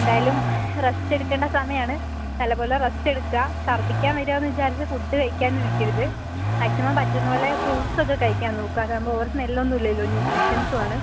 എന്തായാലും റെസ്റ്റെടുക്കണ്ട സമയാണ് നല്ലപോലെ റെസ്റ്റെടുക്കുക ഛർദിക്കാൻ വരുവാന്ന് വിചാരിച്ച് ഫുഡ്ഡ് കഴിക്കാണ്ടിരിക്കരുത് മാക്സിമം പറ്റുന്ന പോലെ ഫ്രൂട്സൊക്കെ കഴിക്കാൻ നോക്കുക അതാകുമ്പോൾ ഒരു സ്മെൽലൊന്നുമില്ലല്ലോ ന്യൂട്രീഷൻസും ആണ്